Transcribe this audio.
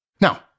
Now